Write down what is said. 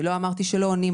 אני לא אמרתי שלא עונים,